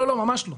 ממש לא.